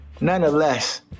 nonetheless